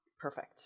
Perfect